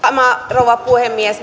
rouva puhemies